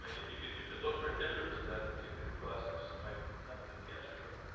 if you could you could look for inhibitors of that particular process, you might have a new cancer drug.